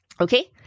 Okay